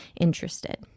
interested